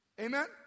Amen